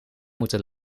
moeten